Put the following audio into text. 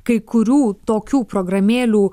kai kurių tokių programėlių